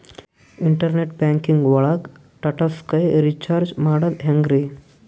Internet banking ಒಳಗ್ Tata Sky recharge ಮಾಡದ್ ಹೆಂಗ್ರೀ?